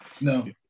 no